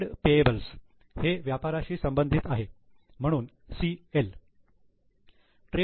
trade payables हे व्यापाराशी संबंधित आहे म्हणून 'CL'